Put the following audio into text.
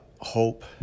hope